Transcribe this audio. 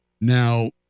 Now